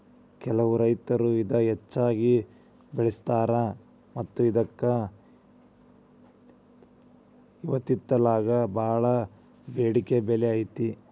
ಕೆಲವು ರೈತರು ಇದ ಹೆಚ್ಚಾಗಿ ಬೆಳಿತಾರ ಮತ್ತ ಇದ್ಕ ಇತ್ತಿತ್ತಲಾಗ ಬಾಳ ಬೆಡಿಕೆ ಬೆಲೆ ಐತಿ